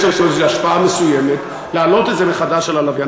יש לנו השפעה מסוימת להעלות את זה מחדש על הלוויין.